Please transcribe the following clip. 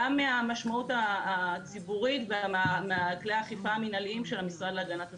גם מהמשמעות הציבורית ומכלי האכיפה המנהליים של המשרד להגנת הסביבה.